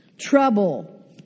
trouble